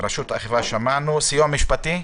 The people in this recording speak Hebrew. סיוע משפטי?